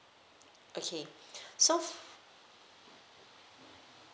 okay so